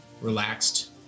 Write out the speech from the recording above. relaxed